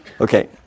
Okay